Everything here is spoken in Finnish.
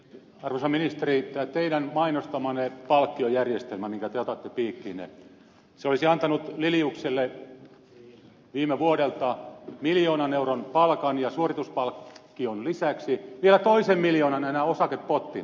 arvoisa ministeri tämä teidän mainostamanne palkkiojärjestelmä minkä te otatte piikkiinne olisi antanut liliukselle viime vuodelta miljoonan euron palkan ja suorituspalkkion lisäksi vielä toisen miljoonan osakepottina